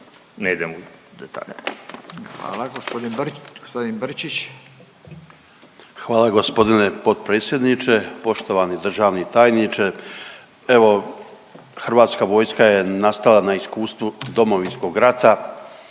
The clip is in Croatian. Hvala gospodine potpredsjedniče. Poštovani državni tajniče, evo Hrvatska vojska je nastala na iskustvu Domovinskog rata